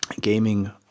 gaming